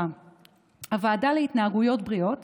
הוועדה להתנהגויות בריאות